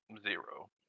Zero